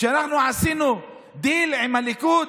שאנחנו עשינו דיל עם הליכוד?